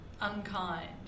unkind